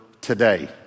today